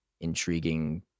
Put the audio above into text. intriguing